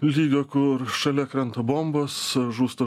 lygio kur šalia krenta bombos žūsta